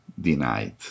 denied